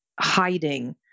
hiding